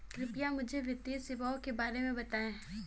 कृपया मुझे वित्तीय सेवाओं के बारे में बताएँ?